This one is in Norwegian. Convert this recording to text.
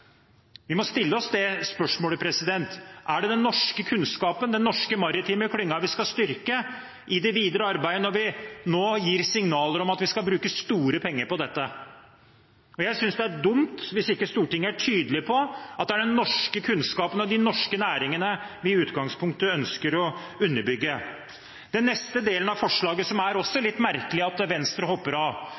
Vi må stille oss spørsmålet: Er det den norske kunnskapen, den norske maritime klyngen, vi skal styrke i det videre arbeidet når vi nå gir signaler om at vi skal bruke store penger på dette? Jeg synes det er dumt hvis ikke Stortinget er tydelig på at det er den norske kunnskapen og de norske næringene vi i utgangspunktet ønsker å underbygge. Den neste delen av forslaget – som det også er litt merkelig at Venstre hopper av